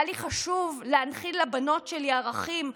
היה לי חשוב להנחיל לבנות שלי ערכים,